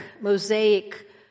mosaic